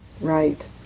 Right